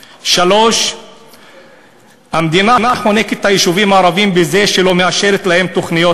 3. המדינה חונקת את היישובים הערביים בזה שהיא לא מאשרת להם תוכניות